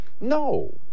No